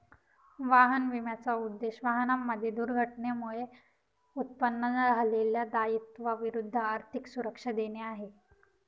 वाहन विम्याचा उद्देश, वाहनांमध्ये दुर्घटनेमुळे उत्पन्न झालेल्या दायित्वा विरुद्ध आर्थिक सुरक्षा देणे आहे